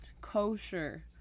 kosher